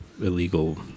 illegal